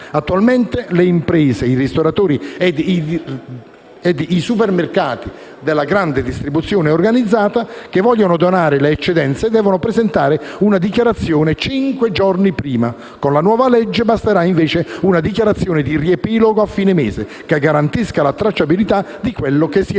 Attualmente le imprese, i ristoratori e i supermercati della grande distribuzione organizzata che vogliono donare le eccedenze devono presentare una dichiarazione cinque giorni prima. Con la nuova legge basterà invece una dichiarazione di riepilogo a fine mese, che garantisca la tracciabilità di quello che si è dato.